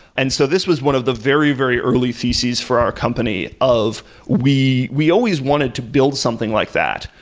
and so this was one of the very, very early thesis for our company of we we always wanted to build something like that,